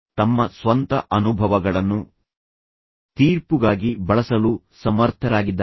ಅವರು ತಮ್ಮ ಸ್ವಂತ ಅನುಭವಗಳನ್ನು ತೀರ್ಪುಗಾಗಿ ಬಳಸಲು ಸಮರ್ಥರಾಗಿದ್ದಾರೆ